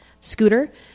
scooter